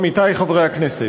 עמיתי חברי הכנסת,